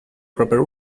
proper